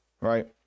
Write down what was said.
right